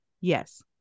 Yes